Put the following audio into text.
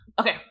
Okay